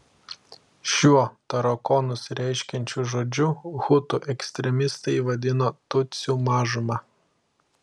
šiuo tarakonus reiškiančiu žodžiu hutų ekstremistai vadino tutsių mažumą